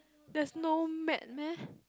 there's no mat meh